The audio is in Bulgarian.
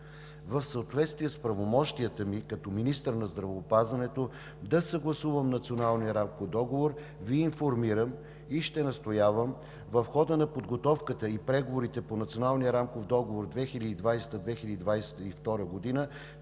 В съответствие с правомощията ми като министър на здравеопазването да съгласувам Националния рамков договор, Ви информирам, и ще настоявам в хода на подготовката и преговорите по Националния рамков договор 2020 – 2022 г.